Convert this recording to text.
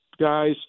guys